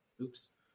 Oops